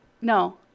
no